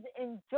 enjoy